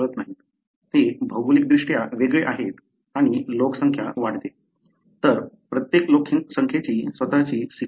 ते भौगोलिकदृष्ट्या वेगळे आहेत आणि लोकसंख्या वाढते तर प्रत्येक लोकसंख्येची स्वतःची सिग्नेचर असेल